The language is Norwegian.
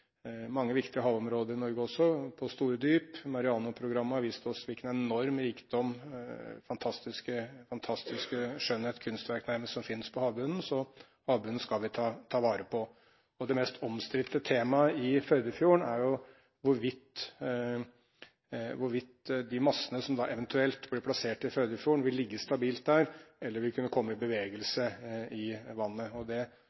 mange viktige havområder i Norge også, på store dyp. Mariano-programmet har vist oss hvilken enorm rikdom og fantastisk skjønnhet – kunstverk nærmest – som finnes på havbunnen, så havbunnen skal vi ta vare på. Det mest omstridte temaet i Førdefjorden er jo hvorvidt de massene som eventuelt blir plassert der, vil ligge stabilt der eller kunne komme i